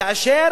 כאשר